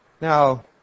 Now